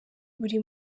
buri